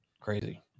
crazy